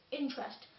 interest